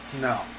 no